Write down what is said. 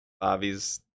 bobby's